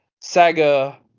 Saga